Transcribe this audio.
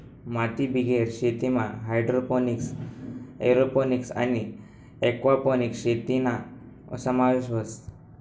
मातीबिगेर शेतीमा hydroponics, aeroponics आणि एक्वापोनिक्स शेतीना समावेश व्हस